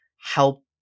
help